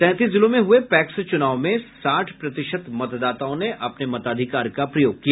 सैंतीस जिलों में हुए पैक्स चुनाव में साठ प्रतिशत मतदाताओं ने अपने मताधिकार का प्रयोग किया